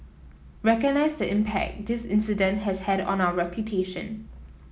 recognise the impact this incident has had on our reputation